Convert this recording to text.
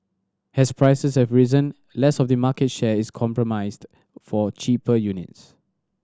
as prices have risen less of the market share is comprised for cheaper units